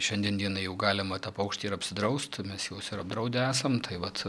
šiandien dienai jau galima tą paukštį ir apsidraust mes juos ir apdraudę esam tai vat